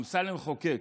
אמסלם חוקק.